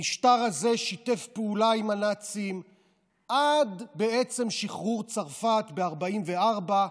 המשטר הזה שיתף פעולה עם הנאצים בעצם עד שחרור צרפת ב-1944,